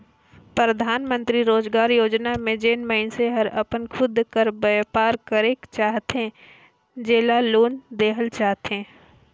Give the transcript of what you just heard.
परधानमंतरी रोजगार योजना में जेन मइनसे हर अपन खुद कर बयपार करेक चाहथे जेला लोन देहल जाथे